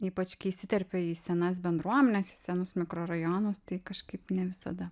ypač kai įsiterpi į senas bendruomenes į senus mikrorajonus tai kažkaip ne visada